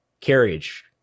carriage